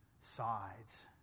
Sides